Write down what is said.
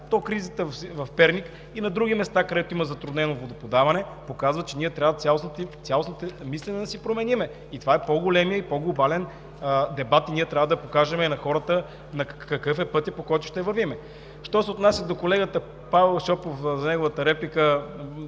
то кризата в Перник, а и на други места, където има затруднено водоподаване, показват, че ние трябва до променим цялостното си мислене. Това е по-големият и по-глобален дебат и ние трябва да покажем на хората какъв е пътят, по който ще вървим. Що се отнася до колегата Павел Шопов и неговата реплика,